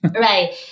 Right